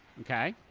okay.